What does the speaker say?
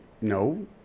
no